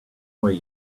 way